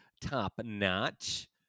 top-notch